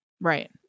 Right